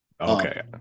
Okay